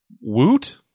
Woot